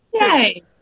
Yay